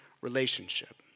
relationship